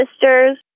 sister's